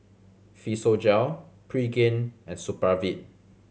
Physiogel Pregain and Supravit